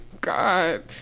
God